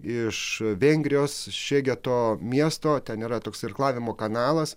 iš vengrijos šegeto miesto ten yra toks irklavimo kanalas